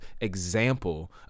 example